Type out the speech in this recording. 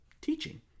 teaching